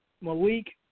Malik